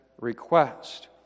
request